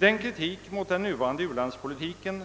Den kritik mot den nuvarande u-landspolitiken